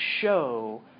show